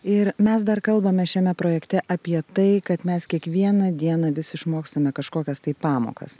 ir mes dar kalbame šiame projekte apie tai kad mes kiekvieną dieną vis išmokstame kažkokias tai pamokas